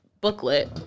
booklet